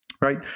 Right